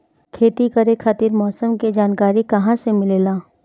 खेती करे खातिर मौसम के जानकारी कहाँसे मिलेला?